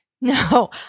No